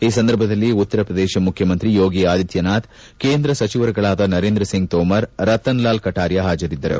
ಈ ಸಂದರ್ಭದಲ್ಲಿ ಉತ್ತರ ಪ್ರದೇಶ ಮುಖ್ಯಮಂತ್ರಿ ಯೋಗಿ ಆದಿತ್ಯನಾಥ್ ಕೇಂದ್ರ ಸಚಿವರುಗಳಾದ ನರೇಂದ್ರ ಸಿಂಗ್ ತೋಮರ್ ರತನ್ ಲಾಲ್ ಕಟಾರಿಯಾ ಹಾಜರಿದ್ದರು